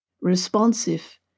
responsive